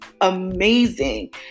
amazing